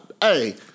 Hey